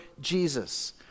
Jesus